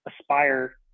aspire